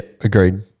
Agreed